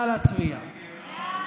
נא להצביע.